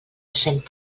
cent